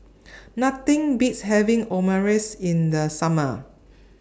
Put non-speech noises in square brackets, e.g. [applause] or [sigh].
[noise] Nothing Beats having Omurice in The Summer [noise]